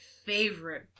Favorite